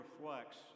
reflects